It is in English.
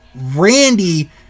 Randy